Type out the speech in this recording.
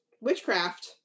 witchcraft